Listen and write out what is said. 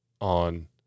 on